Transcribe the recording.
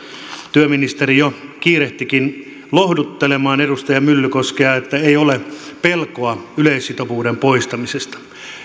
työministeri jo kiirehtikin lohduttelemaan edustaja myllykoskea että ei ole pelkoa yleissitovuuden poistamisesta